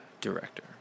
Director